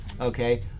Okay